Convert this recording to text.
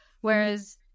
Whereas